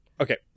Okay